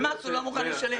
ומס הוא לא מוכן לשלם.